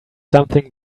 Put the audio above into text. something